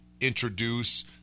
introduce